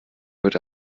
wird